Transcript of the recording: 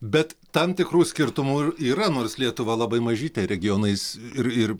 bet tam tikrų skirtumų ir yra nors lietuva labai mažytė regionais ir ir